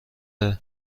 ارامش